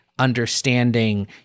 Understanding